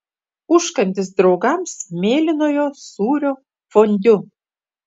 užkandis draugams mėlynojo sūrio fondiu